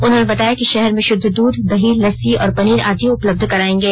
उन्होंने बताया कि शहर में शुद्ध दूध दही लस्सी और पनीर आदि उपलब्ध कराएंगे